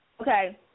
okay